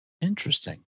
Interesting